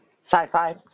sci-fi